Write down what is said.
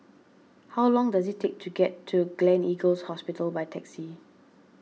how long does it take to get to Gleneagles Hospital by taxi